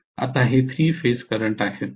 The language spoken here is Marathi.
आता हे 3 फेज करंट आहेत